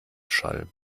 schall